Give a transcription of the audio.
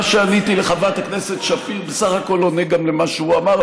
מה שעניתי לחברת הכנסת שפיר בסך הכול עונה גם על מה שהוא אמר,